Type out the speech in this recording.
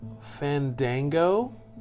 fandango